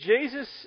Jesus